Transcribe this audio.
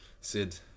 Sid